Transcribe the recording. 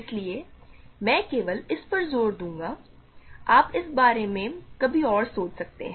इसलिए मैं केवल इस पर जोर दूंगा आप इस बारे में कभी और सोच सकते हैं